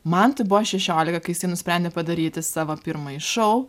man tai buvo šešiolika kai jisai nusprendė padaryti savo pirmąjį šou